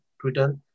Twitter